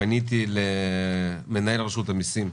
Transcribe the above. פניתי למנהל רשות המיסים,